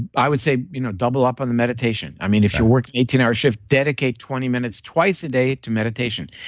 i would say you know double up on the meditation. i mean, if you're working eighteen hour shifts dedicate twenty minutes twice a day to meditation.